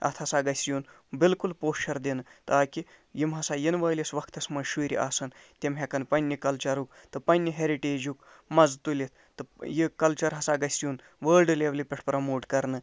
اَتھ ہسا گژھِ یُن بِلکُل پوچھر دِنہٕ تاکہ یِم ہسا یِنہٕ وٲلِس وقتَس منٛز شُرۍ آسَن تِم ہٮ۪کَن پَنٕنہِ کَلچَرُک تہٕ پَنٕنہِ ہیرِٹیجُک مَزٕ تُلِتھ تہٕ یہِ کَلچَر ہسا گژھِ یُن ورلڈٕ لیٚولہِ پٮ۪ٹھ پرٛموٹ کَرنہٕ